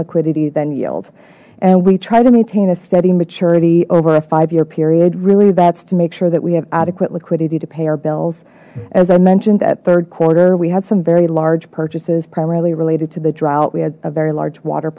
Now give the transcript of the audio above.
liquidity then yield and we try to maintain a steady maturity over a five year period really that's to make sure that we have adequate liquidity to pay our bills as i mentioned at third quarter we have some very large purchases primarily related to the drought we had a very large water